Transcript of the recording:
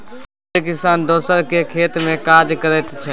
छोट किसान दोसरक खेत मे काज करैत छै